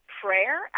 prayer